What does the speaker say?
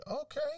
Okay